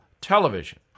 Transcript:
television